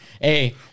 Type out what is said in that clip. Hey